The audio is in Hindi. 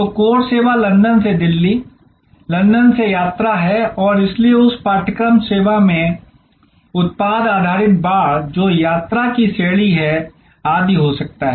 तो कोर सेवा लंदन से दिल्ली लंदन से यात्रा है और इसलिए उस पाठ्यक्रम सेवा में उत्पाद आधारित बाड़ जो यात्रा की श्रेणी है आदि हो सकता है